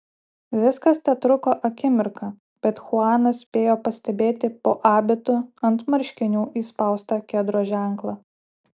viskas tetruko akimirką bet chuanas spėjo pastebėti po abitu ant marškinių įspaustą kedro ženklą